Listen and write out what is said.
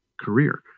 career